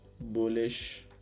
bullish